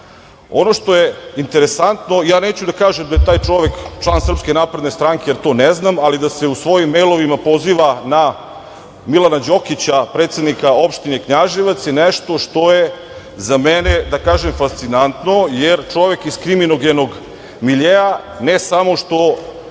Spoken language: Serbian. Ono što je interesantno, neću da kažem da je taj čovek član SNS, jer to ne znam, ali da se u svojim mejlovima poziva na Milana Đokića, predsednika opštine Knjaževac je nešto što je za mene fascinantno, jer čovek iz kriminogenog miljea ne samo što